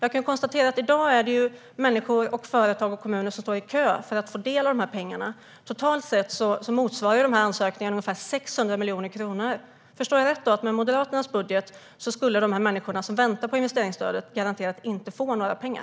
I dag står människor, kommuner och företag i kö får att få ta del av de pengarna. Totalt sett motsvarar ansökningarna ungefär 600 miljoner kronor. Förstår jag det rätt att med Moderaternas budget skulle de som väntar på investeringsstödet garanterat inte få några pengar?